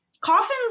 Coffins